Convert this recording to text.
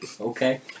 Okay